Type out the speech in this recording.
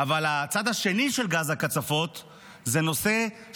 אבל הצד השני של גז הקצפות זה שהוא סם.